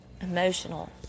emotional